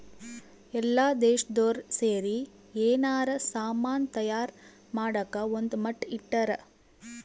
ಎಲ್ಲ ದೇಶ್ದೊರ್ ಸೇರಿ ಯೆನಾರ ಸಾಮನ್ ತಯಾರ್ ಮಾಡಕ ಒಂದ್ ಮಟ್ಟ ಇಟ್ಟರ